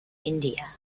india